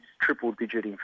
triple-digit